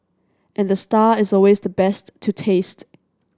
and the star is always the best to taste